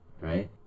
Right